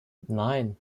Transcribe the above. nein